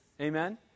Amen